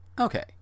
Okay